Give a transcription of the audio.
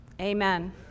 amen